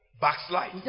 backslide